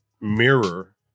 mirror